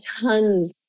tons